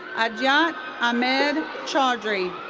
adiyat ahmed choudhury